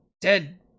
dead